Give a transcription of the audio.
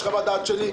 יש חוות דעת שלו.